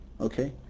Okay